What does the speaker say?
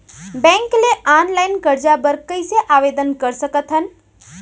Bank ले online करजा बर कइसे आवेदन कर सकथन?